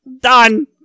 done